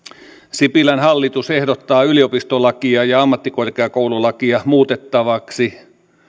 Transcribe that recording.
sipilän hallitus ehdottaa yliopistolakia ja ammattikorkeakoululakia muutettavaksi